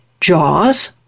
jaws